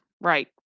Right